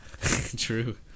True